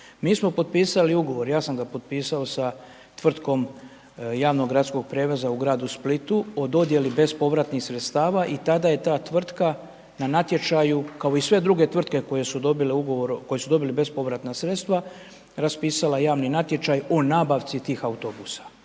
Mi smo potpisali ugovor, ja sam ga potpisao sa tvrtkom javnog gradskog prijevoza u gradu Splitu o dodjeli bespovratnih sredstava i tada je ta tvrtka na natječaju, kao i sve druge tvrtke koje su dobile ugovor, koje su dobile bespovratna sredstava raspisala javni natječaj o nabavci tih autobusa.